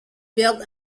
built